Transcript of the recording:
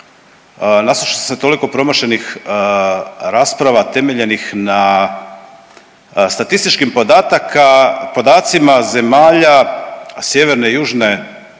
sam se toliko promašenih rasprava temeljenih na statističkim podataka, podacima zemalja Sjeverne i Južne